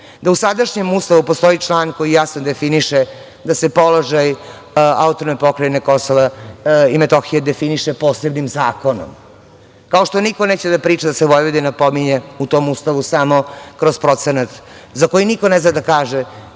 Da u sadašnjem Ustavu postoji član koji jasno definiše da se položaj AP KiM definiše posebnim zakonom. Kao što niko neće da priča da se Vojvodina pominje u tom Ustavu samo kroz procenat za koji niko ne zna da kaže